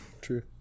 True